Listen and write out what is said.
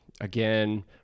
again